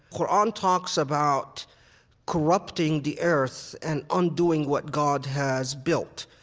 qur'an talks about corrupting the earth and undoing what god has built.